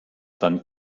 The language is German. dann